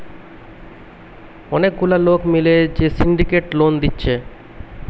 অনেক গুলা লোক মিলে যে সিন্ডিকেট লোন দিচ্ছে